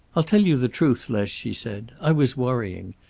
i'll tell you the truth, les, she said. i was worrying.